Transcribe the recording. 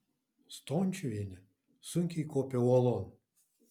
stončiuvienė sunkiai kopė uolon